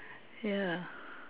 ya